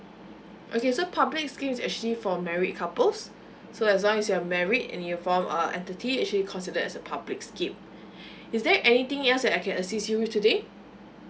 okay so public scheme is actually for married couples so as long as you're married and you form uh entity actually considered as a public scheme is there anything else that I can assist you with today